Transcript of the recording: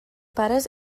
pares